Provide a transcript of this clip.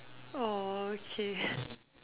orh okay